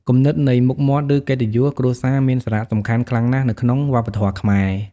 គំនិតនៃ "មុខមាត់" ឬ "កិត្តិយស" គ្រួសារមានសារៈសំខាន់ខ្លាំងណាស់នៅក្នុងវប្បធម៌ខ្មែរ។